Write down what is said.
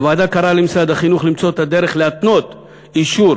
הוועדה קראה למשרד החינוך למצוא את הדרך להתנות אישור